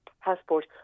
passport